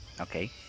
Okay